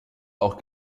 auch